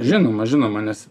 žinoma žinoma nes